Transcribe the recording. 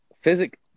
physics